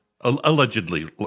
Allegedly